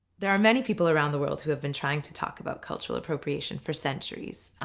there are many people around the world who have been trying to talk about cultural appropriation for centuries.